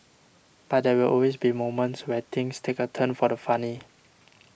but there will always be moments where things take a turn for the funny